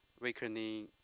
weakening